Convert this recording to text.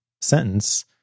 sentence